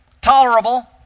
tolerable